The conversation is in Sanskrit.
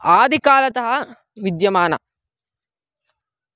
आदिकालतः विद्यमाना